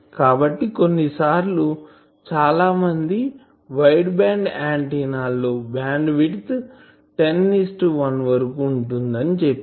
కాబట్టి కొన్నిసార్లు చాలామంది వైడ్ బ్యాండ్ ఆంటిన్నా లో బ్యాండ్ విడ్త్ 10 1 వరకు ఉంటుంది అని చెప్తారు